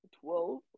Twelve